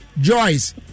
Joyce